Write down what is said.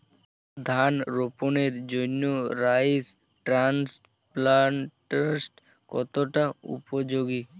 ধান রোপণের জন্য রাইস ট্রান্সপ্লান্টারস্ কতটা উপযোগী?